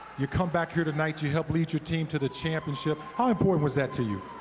you come back here tonight. you help lead your team to the championship. how important was that to you?